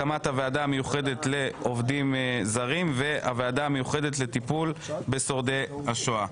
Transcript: הקמת הוועדה המיוחדת לעובדים זרים והוועדה המיוחדת לטיפול בשורדי השואה.